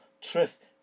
truth